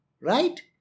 right